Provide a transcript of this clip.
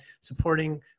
supporting